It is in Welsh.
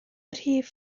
rhif